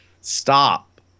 Stop